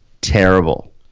terrible